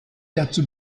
dazu